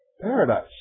paradise